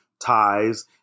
ties